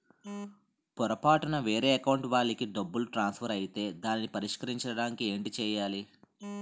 పొరపాటున వేరే అకౌంట్ వాలికి డబ్బు ట్రాన్సఫర్ ఐతే దానిని పరిష్కరించడానికి ఏంటి చేయాలి?